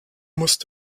musst